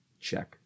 check